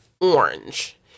Orange